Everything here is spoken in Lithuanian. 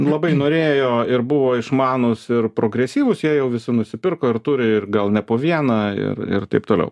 labai norėjo ir buvo išmanūs ir progresyvūs jei jau visi nusipirko ir turi ir gal ne po vieną ir ir taip toliau